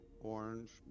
orange